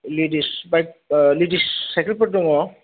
ladies bike ladies सायखेलफोर दङ